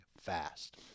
fast